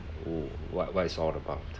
oh what what it's all about